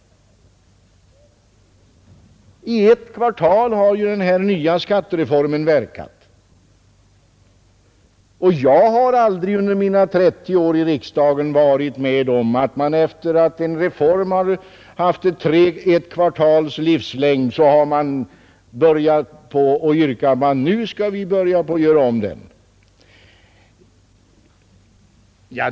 I ett kvartal har den nya skattereformen verkat! Jag har aldrig under mina 30 år i riksdagen varit med om att man efter det att en reform haft ett kvartals livslängd sagt att nu skall vi göra om den.